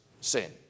sin